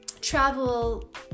travel